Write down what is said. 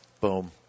Boom